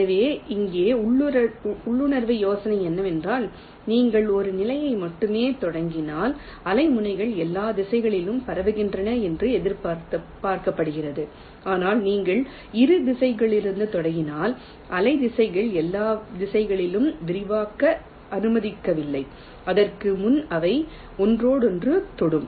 எனவே இங்கே உள்ளுணர்வு யோசனை என்னவென்றால் நீங்கள் ஒரு நிலைக்கு மட்டுமே தொடங்கினால் அலை முனைகள் எல்லா திசைகளிலும் பரவுகின்றன என்று எதிர்பார்க்கப்படுகிறது ஆனால் நீங்கள் இரு திசைகளிலிருந்தும் தொடங்கினால் அலை திசையை எல்லா திசைகளிலும் விரிவாக்க அனுமதிக்கவில்லை அதற்கு முன் அவை ஒன்றோடொன்று தொடும்